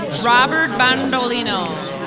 robert bandolino.